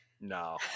no